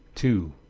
to